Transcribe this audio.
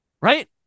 right